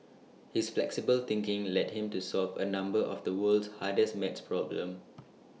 his flexible thinking led him to solve A number of the world's hardest math problems